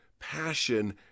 passion